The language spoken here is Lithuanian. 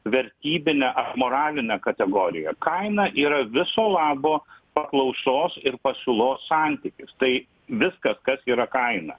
vertybinę moralinę kategoriją kaina yra viso labo paklausos ir pasiūlos santykis tai viskas kas yra kaina